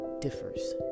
differs